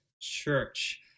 church